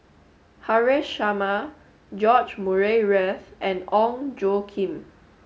Haresh Sharma George Murray Reith and Ong Tjoe Kim